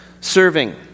Serving